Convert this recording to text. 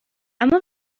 اما